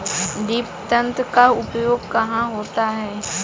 Drip तंत्र का उपयोग कहाँ होता है?